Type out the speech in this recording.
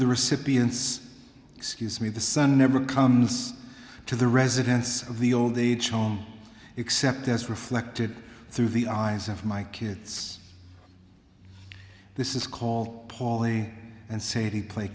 the recipients excuse me the sun never comes to the residence of the old age home except as reflected through the eyes of my kids this is called paulie and say to play